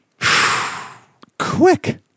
quick